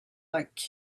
like